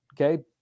okay